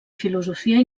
filosofia